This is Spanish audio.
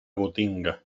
gotinga